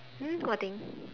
hmm what thing